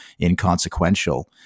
inconsequential